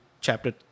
chapter